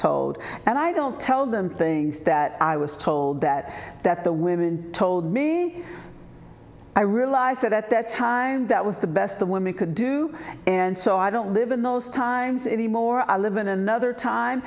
told and i don't tell them things that i was told that that the women told me i realized that at that time that was the best the woman could do and so i don't live in those times anymore i live in another time